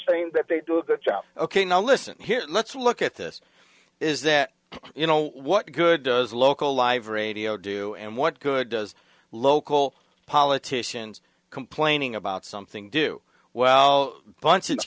saying that they do a good job ok now listen here let's look at this is that you know what good does a local live radio do and what good does local politicians complaining about something do well bu